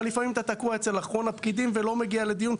אבל לפעמים אתה תקוע אצל אחרון הפקידים ולא מגיע לדיון,